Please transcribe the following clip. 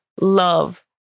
love